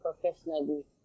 professionally